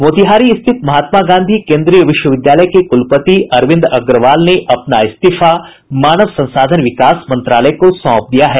मोतिहारी स्थित महात्मा गांधी केन्द्रीय विश्वविद्यालय के कुलपति अरविंद अग्रवाल ने अपना इस्तीफा मानव संसाधन विकास मंत्रालय को सौंप दिया है